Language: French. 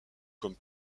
comme